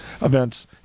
events